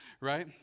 right